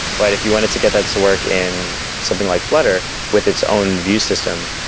but if you wanted to get that to work in something like flutter with its own view system,